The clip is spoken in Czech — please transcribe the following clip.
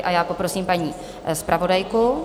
A já poprosím paní zpravodajku.